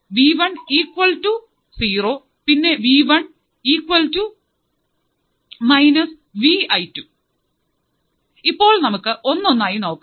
ആദ്യം V one equal to zero പിന്നെ V one equal to minus V I two V1 0 and V1 V i2 ഇപ്പോൾ നമുക്ക് ഒന്നൊന്നായി നോക്കാം